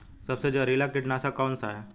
सबसे जहरीला कीटनाशक कौन सा है?